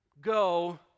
Go